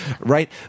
right